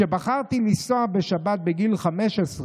כשבחרתי לנסוע בשבת בגיל 15,